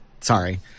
Sorry